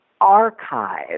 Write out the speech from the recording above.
archive